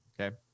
Okay